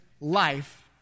life